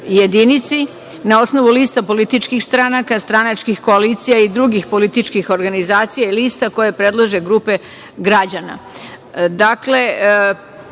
jedinici na osnovu lista političkih stranaka, stranačkih koalicija i drugih političkih organizacija i lista koje predlože grupe građana.